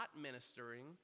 ministering